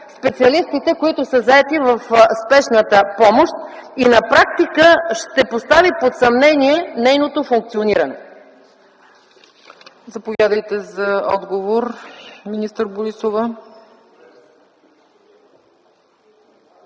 специалистите, заети в спешната помощ, и на практика ще постави под съмнение нейното функциониране?